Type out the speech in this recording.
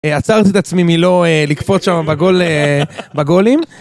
עצרתי את עצמי מלא לקפוץ שם בגולים.